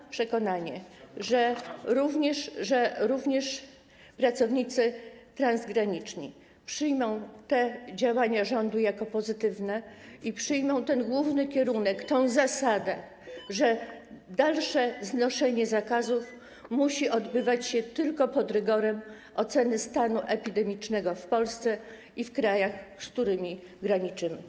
Mam przekonanie, że również pracownicy transgraniczni przyjmą te działania rządu jako pozytywne i przyjmą ten główny kierunek, tę zasadę, że dalsze znoszenie zakazów musi odbywać się tylko pod rygorem oceny stanu epidemicznego w Polsce i w krajach, z którymi graniczymy.